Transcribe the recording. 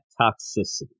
toxicity